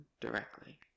directly